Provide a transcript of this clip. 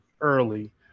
early